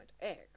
egg